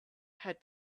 had